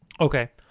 Okay